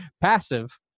passive